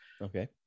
okay